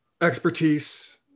expertise